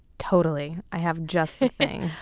totally. i have just the thing